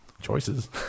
choices